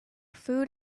food